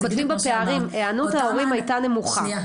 בדיוק כמו שאמרת -- אתם כותבים בפערים 'היענות ההורים הייתה נמוכה',